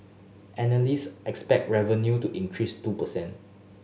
analyst expected revenue to increase two per cent